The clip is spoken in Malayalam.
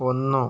ഒന്ന്